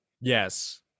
Yes